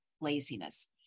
laziness